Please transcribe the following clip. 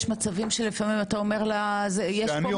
יש פה מטופל,